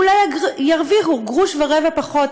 ואולי ירוויחו גרוש ורבע פחות.